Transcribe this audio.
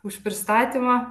už pristatymą